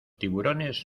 tiburones